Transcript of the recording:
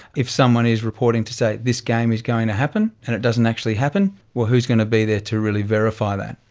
if someone is reporting to say this game is going to happen and it doesn't actually happen, well, who's going to be there to really verify that?